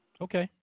okay